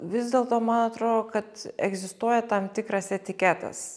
vis dėlto man atrodo kad egzistuoja tam tikras etiketas